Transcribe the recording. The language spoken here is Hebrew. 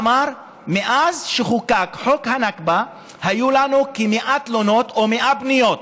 אמר: מאז שחוקק חוק הנכבה היו לנו כ-100 תלונות או 100 פניות,